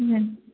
ꯎꯝ